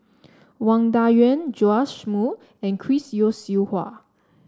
Wang Dayuan Joash Moo and Chris Yeo Siew Hua